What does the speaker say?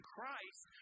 Christ